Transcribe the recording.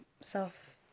self